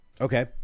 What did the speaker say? Okay